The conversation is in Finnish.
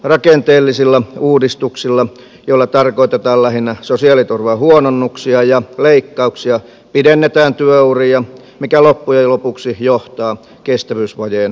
rakenteellisilla uudistuksilla joilla tarkoitetaan lähinnä sosiaaliturvan huononnuksia ja leikkauksia pidennetään työuria mikä loppujen lopuksi johtaa kestävyysvajeen umpeutumiseen